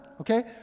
okay